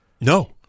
No